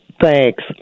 Thanks